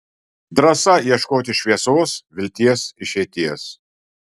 drąsa ieškoti šviesos vilties išeities